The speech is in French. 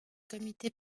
comité